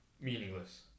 meaningless